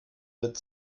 wird